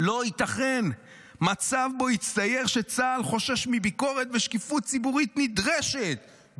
לא ייתכן מצב שבו יצטייר שצה"ל חושש מביקורת ושקיפות ציבורית נדרשת,